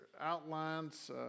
outlines